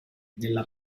nella